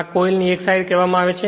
આ કોઇલની એક સાઈડ કહેવામાં આવે છે